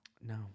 no